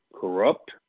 corrupt